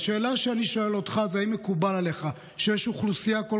השאלה שאני שואל אותך היא אם מקובל עליך שיש אוכלוסייה כל